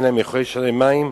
אינן יכולות לשלם מים,